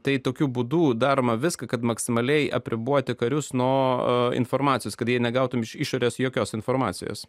tai tokiu būdų darome viską kad maksimaliai apriboti karius nuo informacijos kad jie negautumei iš išorės jokios informacijos